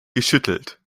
geschüttelt